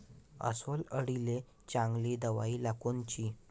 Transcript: अस्वल अळीले चांगली दवाई कोनची?